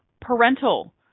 parental